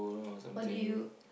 what do you